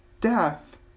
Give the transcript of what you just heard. Death